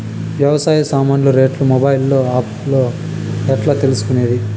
వ్యవసాయ సామాన్లు రేట్లు మొబైల్ ఆప్ లో ఎట్లా తెలుసుకునేది?